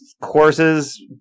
courses